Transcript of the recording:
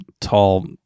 tall